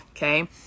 Okay